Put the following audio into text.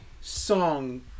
song